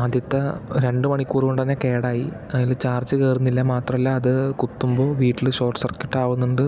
അദ്യത്തെ രണ്ട് മണിക്കൂർ കൊണ്ടുതന്നെ കേടായി അതില് ചാർജ് കേറുന്നില്ല മാത്രല്ല അത് കുത്തുമ്പോൾ വീട്ടില് ഷോർട്ട് സർക്യൂട്ട് ആവുന്നുണ്ട്